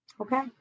Okay